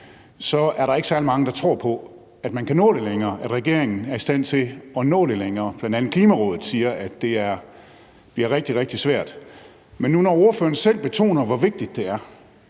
det er der ikke særlig mange, der tror på, at man kan nå det længere, at regeringen er i stand til at nå det længere. Bl.a. Klimarådet siger, at det bliver rigtig, rigtig svært. Men nu, når ordføreren selv betoner, hvor vigtigt det er,